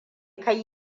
kai